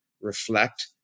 reflect